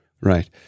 right